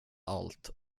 allt